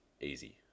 easy